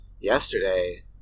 yesterday